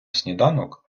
сніданок